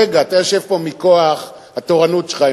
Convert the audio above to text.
רגע, אתה יושב פה מכוח התורנות שלך.